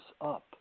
up